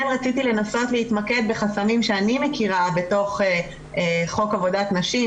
כן רציתי לנסות להתמקד בחסמים שאני מכירה בתוך חוק עבודת נשים,